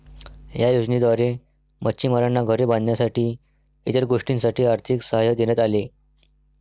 या योजनेद्वारे मच्छिमारांना घरे बांधण्यासाठी इतर गोष्टींसाठी आर्थिक सहाय्य देण्यात आले